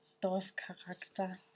Dorfcharakter